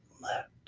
left